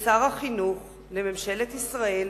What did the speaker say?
לשר החינוך, לממשלת ישראל,